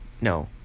no